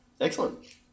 Excellent